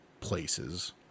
places